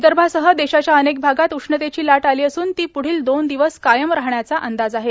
विदर्मासह देशाच्या अनेक भागात उष्णतेची लाट आली असून ती पुढील दोन दिवस कायम राहण्याचा अंदाज आहे